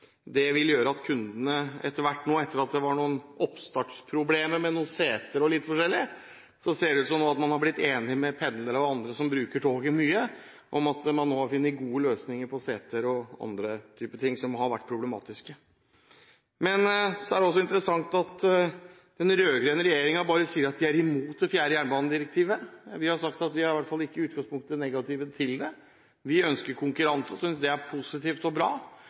og vil fortsette å skifte ut mange togsett. Det tror vi er veldig bra og veldig positivt, for etter at det var noen oppstartsproblemer med noen seter og litt forskjellig, ser det nå ut som om man er blitt enig med pendlerne og andre som bruker toget mye, og har funnet gode løsninger på ting som har vært problematiske. Så er det også interessant at den rød-grønne regjeringen bare sier at de er imot det fjerde jernbanedirektivet. Vi har sagt at vi i utgangspunktet i hvert fall ikke er negative til det. Vi ønsker konkurranse og synes det er positivt og bra,